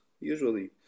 usually